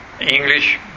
English